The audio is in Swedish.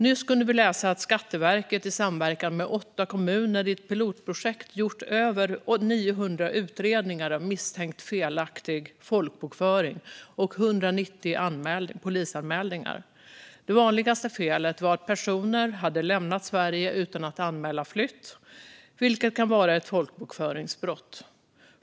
Nyss kunde vi läsa att Skatteverket, i samverkan med åtta kommuner i ett pilotprojekt, gjort över 900 utredningar av misstänkt felaktig folkbokföring och 190 polisanmälningar. Det vanligaste felet var att personer lämnat Sverige utan att anmäla flytt, vilket kan vara ett folkbokföringsbrott.